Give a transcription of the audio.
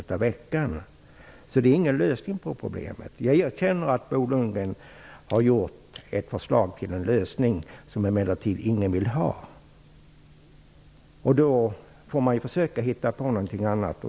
Omfördelningslån är alltså ingen lösning på problemet. Jag erkänner att Bo Lundgren har gjort ett förslag till lösning, men det är emellertid ingen som vill ha det. Därför får man försöka att hitta på något annat.